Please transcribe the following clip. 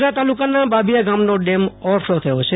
મું દરા તાલુકાના બાબીયા ગામનો ડેમ ઓવરફલો થયો છે